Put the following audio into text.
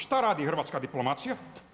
Šta radi hrvatska diplomacija?